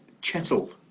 chettle